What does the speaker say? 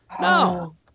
No